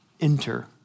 Enter